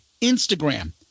Instagram